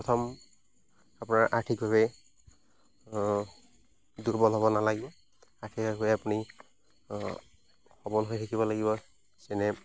প্ৰথম আপোনাৰ আৰ্থিকভাৱে দূৰ্বল হ'ব নালাগিব আৰ্থিকভাৱে আপুনি সবল হৈ থাকিব লাগিব যেনে